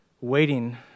waiting